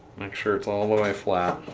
make sure it's all the way flat